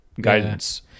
guidance